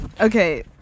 Okay